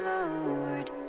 Lord